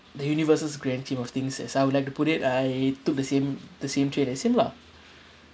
the universe's grand scheme of things as I would like to put it I took the same the same train as him lah